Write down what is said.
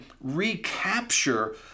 recapture